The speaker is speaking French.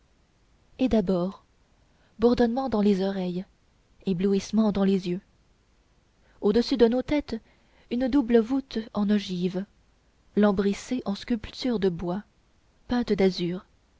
et d'abord bourdonnement dans les oreilles éblouissement dans les yeux au-dessus de nos têtes une double voûte en ogive lambrissée en sculptures de bois peinte d'azur